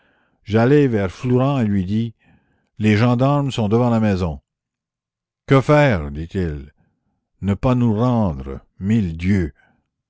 j'allai vers flourens et lui dis les gendarmes sont devant la maison que faire dit-il ne pas nous rendre mille dieux